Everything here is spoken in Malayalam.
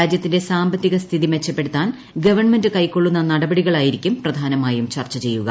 രാജ്യത്തിന്റെ സാമ്പത്തിക സ്ഫിതി മെച്ചപ്പെടുത്താൻ ഗവൺമെന്റ് കൈക്കൊള്ളുന്ന നടപടികളായിരിക്കും പ്രധാനമായും ചർച്ച ചെയ്യുക